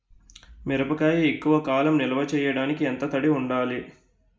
మిరపకాయ ఎక్కువ కాలం నిల్వ చేయటానికి ఎంత తడి ఉండాలి?